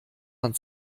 man